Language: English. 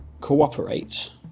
cooperate